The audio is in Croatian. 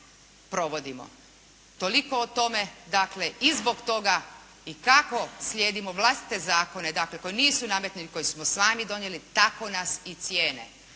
provodimo. Toliko o tome, dakle, i zbog toga i kako slijedimo vlastite zakone, dakle, koje nam nisu nametnuli, koje smo sami donijeli, tako nas i cijene.